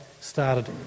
started